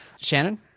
Shannon